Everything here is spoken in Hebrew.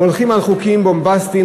והולכים על חוקים בומבסטיים,